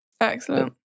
Excellent